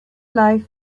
life